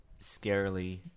scarily